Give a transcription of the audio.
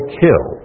kill